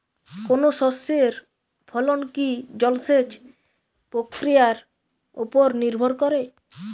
কোনো শস্যের ফলন কি জলসেচ প্রক্রিয়ার ওপর নির্ভর করে?